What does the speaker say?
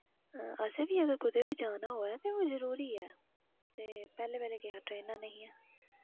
असें बी अगर कुदै बी जाना होऐ ते ओह् जरूरी ऐ ते पैह्लें पैह्लें केह् हा ट्रैनां नेहियां